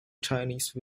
chinese